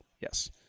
Yes